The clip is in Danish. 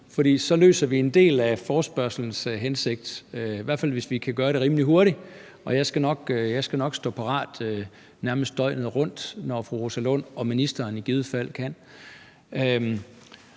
For så opfylder vi en del af forespørgslens hensigt, i hvert fald hvis vi kan gøre det rimelig hurtigt. Jeg skal nok stå parat nærmest døgnet rundt, når fru Rosa Lund og ministeren i givet fald kan.